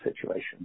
situation